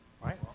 right